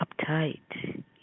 uptight